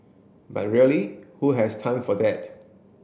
but really who has time for that